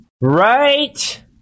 right